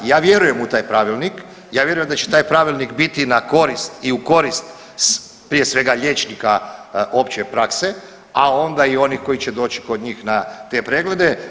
Ja vjerujem u taj pravilnik, ja vjerujem da će taj pravilnik biti na korist i u korist prije svega liječnika opće prakse, a onda i onih koji će doći kod njih na te preglede.